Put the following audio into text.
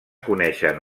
coneixen